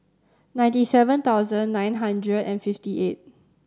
ninety seven thousand nine hundred and fifty eight